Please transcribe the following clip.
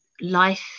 life